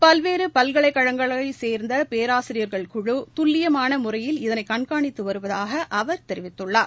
பல்வேறு பல்கலைக்கழகங்களைச் சேர்ந்த பேராசிரியர்கள் குழு துல்லியமான முறையில் இதனை கண்காணித்து வருவதாக அவர் தெரிவித்துள்ளார்